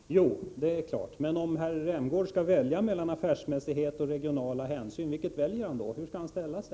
Herr talman! Ja, det är klart. Men om herr Rämgård skall välja mellan affärsmässighet och regionala hänsyn, vad väljer han då?